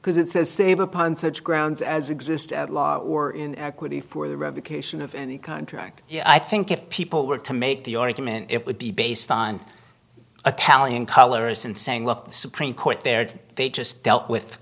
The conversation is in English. because it says sabir upon such grounds as exist or in equity for the revocation of any contract yeah i think if people were to make the argument it would be based on a tally in colors and saying look the supreme court there they just dealt with